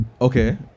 okay